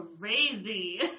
crazy